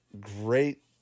great